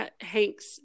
Hank's